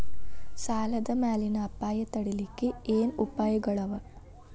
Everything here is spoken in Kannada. ಸಾಲದ್ ಮ್ಯಾಲಿನ್ ಅಪಾಯ ತಡಿಲಿಕ್ಕೆ ಏನ್ ಉಪಾಯ್ಗಳವ?